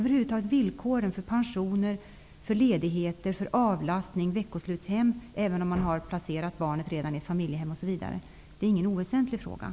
Det gäller också villkoren för pensioner, ledigheter, veckoslutshem även om barnet har placerats i familjehem, osv.